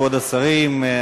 כבוד השרים,